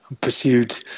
Pursued